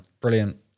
Brilliant